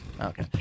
Okay